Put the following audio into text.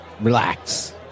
relax